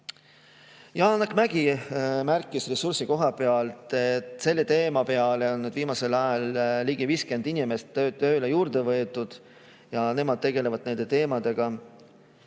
Janek Mägi märkis ressursi koha pealt, et selle teema peale on viimasel ajal ligi 50 inimest tööle juurde võetud ja nemad tegelevad nende teemadega.